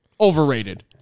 overrated